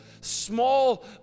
small